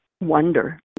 wonder